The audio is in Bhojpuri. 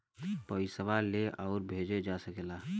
पइसवा ले आउर भेजे जा सकेला